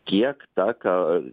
kiek ta ka